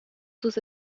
sus